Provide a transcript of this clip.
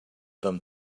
them